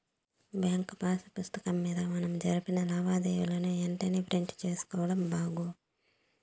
bank pass పుస్తకం మింద మనం జరిపిన లావాదేవీలని ఎంతెంటనే ప్రింట్ సేసుకోడం బాగు